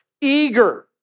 eager